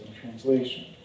translation